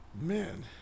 man